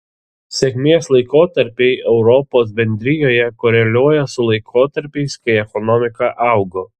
sėkmės laikotarpiai europos bendrijoje koreliuoja su laikotarpiais kai ekonomika augo